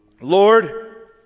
Lord